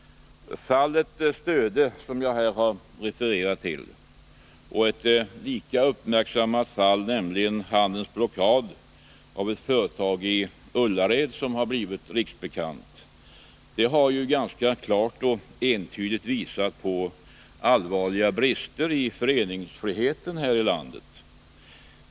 Fallet Stöde, som jag här har refererat till, samt ett annat lika uppmärksammat fall, nämligen fallet med blockaden av ett företag i Ullared —- vilket också har blivit riksbekant — har klart och entydigt visat på allvarliga brister i föreningsfriheten här i landet.